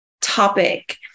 topic